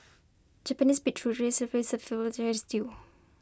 Japanese be true rice service stew